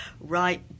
right